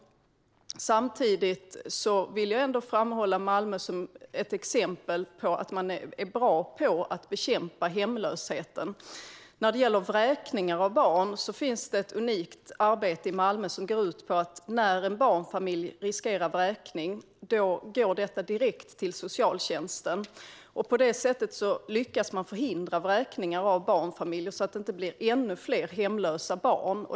Samtidigt vill jag ändå framhålla Malmö som exempel på en kommun som är bra på att bekämpa hemlösheten. Vad gäller vräkningar av barn har man i Malmö ett unikt arbete. När en barnfamilj riskerar vräkning går detta direkt till socialtjänsten. På så vis lyckas man förhindra vräkningar av barnfamiljer, så att inte antalet hemlösa barn blir ännu fler.